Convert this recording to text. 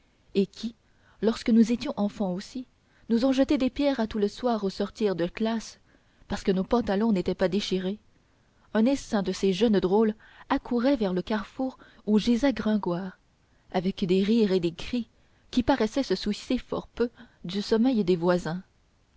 et qui lorsque nous étions enfants aussi nous ont jeté des pierres à tous le soir au sortir de classe parce que nos pantalons n'étaient pas déchirés un essaim de ces jeunes drôles accourait vers le carrefour où gisait gringoire avec des rires et des cris qui paraissaient se soucier fort peu du sommeil des voisins